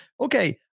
okay